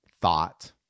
thought